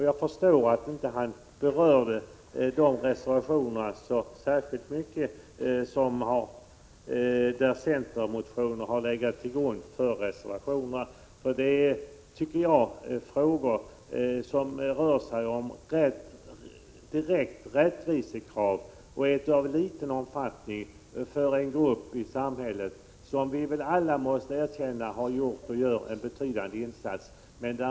Jag förstår att han inte berörde de reservationer särskilt mycket som har haft centermotio ner till grund. Det är, tycker jag, frågor av liten omfattning men som rör direkta rättvisekrav för en grupp i samhället som vi alla måste erkänna har gjort och gör en betydande insats.